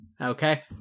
Okay